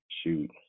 shoot